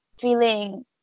feeling